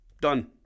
Done